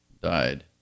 died